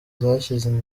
zashyize